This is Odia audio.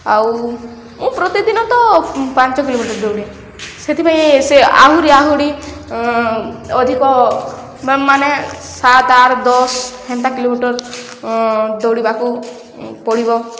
ଆଉ ମୁଁ ପ୍ରତିଦିନ ତ ପାଞ୍ଚ କିଲୋମିଟର ଦୌଡ଼େ ସେଥିପାଇଁ ସେ ଆହୁରି ଆହୁରି ଅଧିକ ମାନେ ସାତ ଆଠ ଦଶ ହେନ୍ତା କିଲୋମିଟର ଦୌଡ଼ିବାକୁ ପଡ଼ିବ